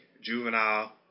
Juvenile